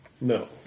No